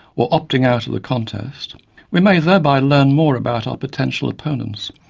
or opting out of the contest we may thereby learn more about our potential opponents,